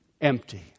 empty